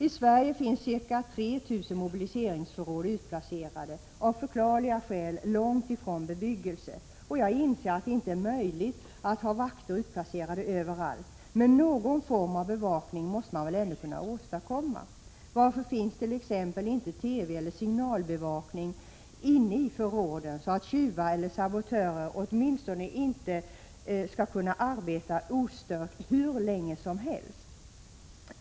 I Sverige finns ca 3 000 mobiliseringsförråd utplacerade, av förklarliga skäl långt från bebyggelse. Jag inser att det inte är möjligt att ha vakter utplacerade överallt. Men någon form av bevakning måste man väl ändå kunna åstadkomma. Varför finns dett.ex. inte TV eller signalbevakning inne i förråden för att tjuvar eller sabotörer åtminstone inte skall kunna arbeta ostört hur länge som helst?